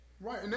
Right